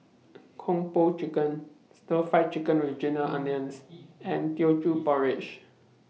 Kung Po Chicken Stir Fried Chicken with Ginger Onions and Teochew Porridge